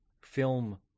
film